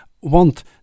want